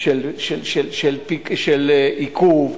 של עיכוב,